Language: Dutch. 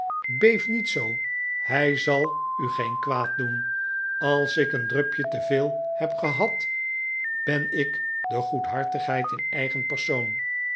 beef niet zoo hij zal u geen kwaad doen als ik een drupje te veel heb gehad ben ik de goedhartigheid in eigen persoon